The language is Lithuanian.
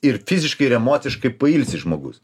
ir fiziškai ir emociškai pailsi žmogus